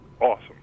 Awesome